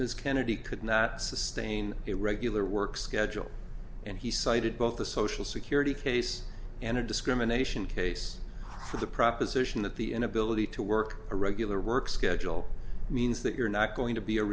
ms kennedy could not sustain a regular work schedule and he cited both a social security case and a discrimination case for the proposition that the inability to work a regular work schedule means that you're not going to be a